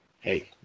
hey